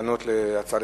לשאול: